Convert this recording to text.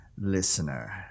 listener